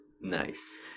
Nice